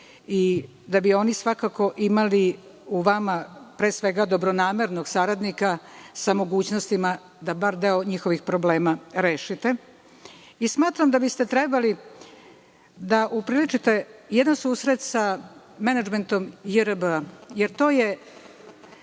i da bi oni svakako imali u vama, pre svega, dobronamernog saradnika sa mogućnostima da bar deo njihovih problema rešite. Smatram da biste trebali da upriličite jedan susret sa menadžmentom JRB, jer to je